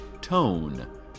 tone